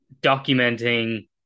documenting